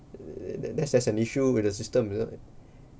err that that's an issue with the system you know